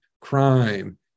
crime